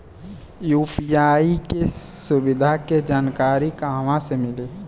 UPI के सुविधा के जानकारी कहवा से मिली?